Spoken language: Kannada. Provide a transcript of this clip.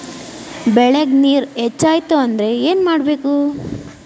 ಬೆಳೇಗ್ ನೇರ ಹೆಚ್ಚಾಯ್ತು ಅಂದ್ರೆ ಏನು ಮಾಡಬೇಕು?